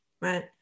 right